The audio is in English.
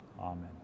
amen